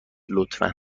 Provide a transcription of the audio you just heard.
لطفا